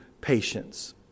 patience